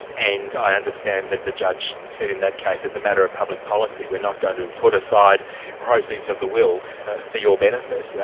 and i understand that the judge said in that case as a matter of public policy we're not going to put aside proceeds of the will for your benefit,